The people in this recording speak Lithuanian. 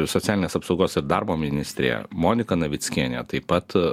socialinės apsaugos ir darbo ministrė monika navickienė taip pat